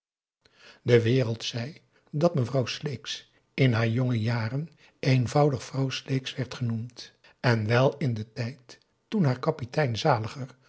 de wereld zei dat mevrouw sleeks in haar jonge jaren eenvoudig vrouw sleeks werd genoemd en wel in den tijd toen haar kaptein zaliger